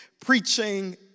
preaching